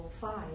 five